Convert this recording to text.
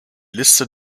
liste